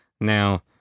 now